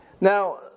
Now